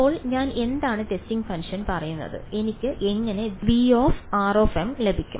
ഇപ്പോൾ ഞാൻ എന്താണ് ടെസ്റ്റിംഗ് ഫംഗ്ഷൻ പറയുന്നത് എനിക്ക് എങ്ങനെ V ലഭിക്കും